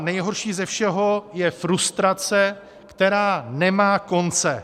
Nejhorší ze všeho je frustrace, která nemá konce.